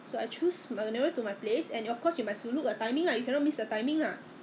因为你看我走进去的时候 that was way before COVID 进去的时候都没有几个人的 leh